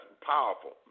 powerful